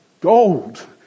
gold